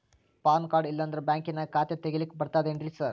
PAN card ಇಲ್ಲಂದ್ರ ಬ್ಯಾಂಕಿನ್ಯಾಗ ಖಾತೆ ತೆಗೆಲಿಕ್ಕಿ ಬರ್ತಾದೇನ್ರಿ ಸಾರ್?